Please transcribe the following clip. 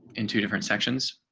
into different sections.